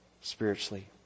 spiritually